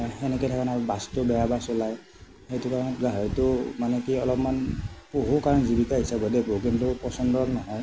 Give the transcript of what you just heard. সেনেকৈ থাকে আৰু বাচটো বেয়া বাচ ওলাই সেইটো কাৰণত গাহৰিটো মানে কি অলপমান পোহোঁ কাৰণ জীৱিকা হিচাপতহে পোহোঁ কিন্তু পচন্দৰ নহয়